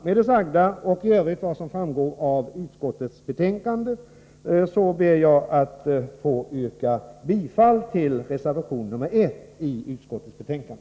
Med det sagda, och med hänvisning till vad som i övrigt framgår av utskottets betänkande, ber jag att få yrka bifall till reservation nr 1 i utskottets betänkande.